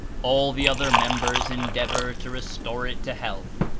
all the other members endeavor to restore it to health,